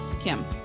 Kim